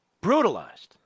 Brutalized